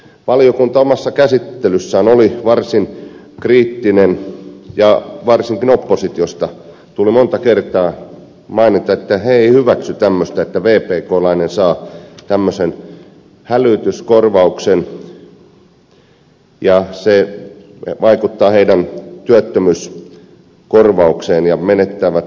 valiokunta omassa käsittelyssään oli varsin kriittinen ja varsinkin oppositiosta tuli monta kertaa maininta että he eivät hyväksy tämmöistä että vpklainen saa tämmöisen hälytyskorvauksen ja se vaikuttaa heidän työttömyyskorvaukseensa ja he menettävät sen näin